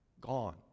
gone